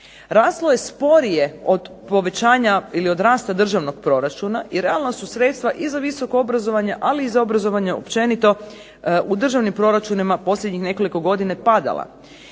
raslo je sporije od povećanja ili od rasta državnog proračuna, i realna su sredstva i za visoko obrazovanje, ali i za obrazovanje općenito u državnim proračunima posljednjih nekoliko godina je padala.